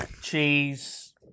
cheese